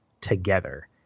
together